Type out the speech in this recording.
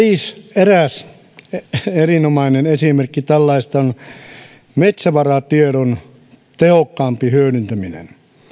eräs erinomainen esimerkki tällaisesta on metsävaratiedon tehokkaampi hyödyntäminen